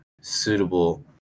suitable